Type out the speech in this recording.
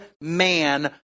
man